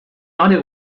other